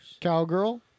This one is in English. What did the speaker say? Cowgirl